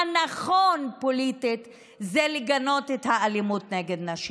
הנכון פוליטית, זה לגנות את האלימות נגד נשים.